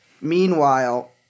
Meanwhile